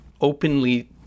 openly